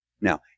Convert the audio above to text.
Now